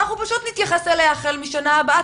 אנחנו פשוט נתייחס אליה החל משנה הבאה,